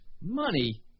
Money